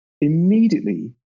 Immediately